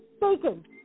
bacon